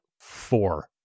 four